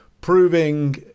proving